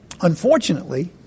unfortunately